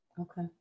Okay